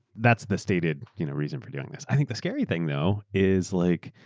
that's the stated you know reason for doing this. i think the scary thing, though, is like